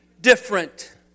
different